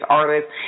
artists